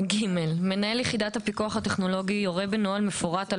(ג)מנהל יחידת הפיקוח הטכנולוגי יורה בנוהל מפורט על